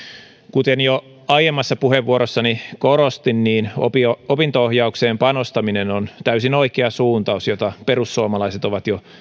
kuten jo aiemmassa puheenvuorossani korostin opinto ohjaukseen panostaminen on täysin oikea suuntaus jota perussuomalaiset ovat jo